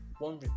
One